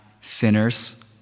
sinners